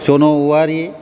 जन औवारि